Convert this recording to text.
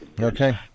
Okay